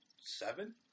seven